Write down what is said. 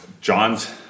John's